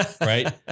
right